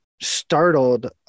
startled